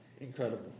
Incredible